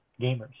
gamers